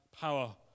power